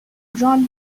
drawn